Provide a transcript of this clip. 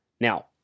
Now